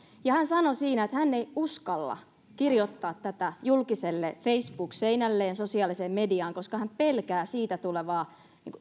hän sanoi siinä että hän ei uskalla kirjoittaa tätä julkiselle facebook seinälleen sosiaaliseen mediaan koska hän pelkää siitä tulevaa